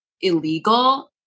illegal